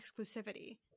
exclusivity